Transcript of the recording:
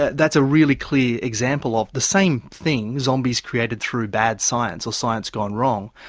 yeah that's a really clear example of the same thing, zombies created through bad science, or science gone wrong,